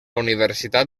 universitat